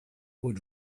would